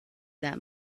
that